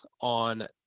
on